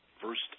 first